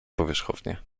powierzchownie